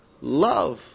Love